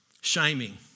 Shaming